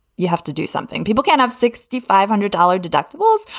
you have to do something. people can have sixty five hundred dollar deductibles.